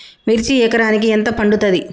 మిర్చి ఎకరానికి ఎంత పండుతది?